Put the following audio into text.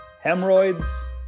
hemorrhoids